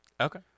Okay